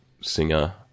singer